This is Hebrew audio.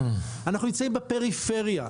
אנחנו נמצאים בפריפריה.